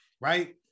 right